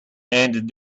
and